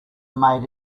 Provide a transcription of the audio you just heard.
made